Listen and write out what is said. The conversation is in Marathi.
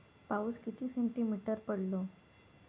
पाऊस किती सेंटीमीटर पडलो?